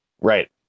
right